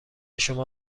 شما